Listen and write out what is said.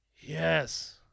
Yes